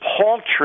paltry